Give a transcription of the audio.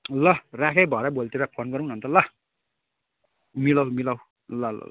ल राखेँ है भरे भोलितिर फोन गरौँ न अन्त ल मिलाउ मिलाउ ल ल ल